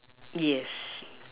yes